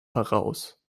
heraus